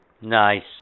nice